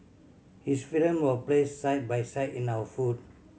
his film was placed side by side in our food